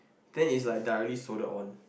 then it's like directly soldiered on